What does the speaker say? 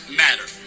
matter